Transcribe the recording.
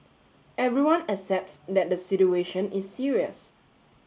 everyone accepts that the situation is serious